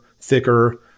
thicker